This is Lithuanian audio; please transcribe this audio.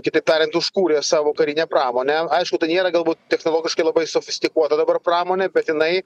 kitaip tariant užkūrė savo karinę pramonę aišku tai nėra galbūt technologiškai labai sofistikuota dabar pramonė bet jinai